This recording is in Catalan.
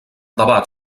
debat